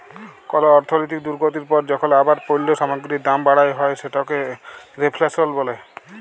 call অর্থলৈতিক দুর্গতির পর যখল আবার পল্য সামগ্গিরির দাম বাড়াল হ্যয় সেটকে রেফ্ল্যাশল ব্যলে